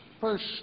first